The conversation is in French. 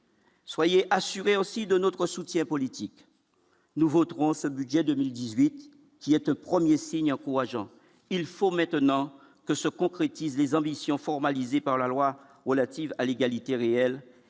Soyez assuré aussi de notre soutien politique, nous voterons ce budget 2018, qui est un 1er signe encourageant : il faut maintenant que se concrétise les ambitions formalisé par la loi relative à l'égalité réelle